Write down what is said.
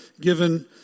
given